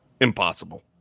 Impossible